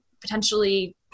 potentially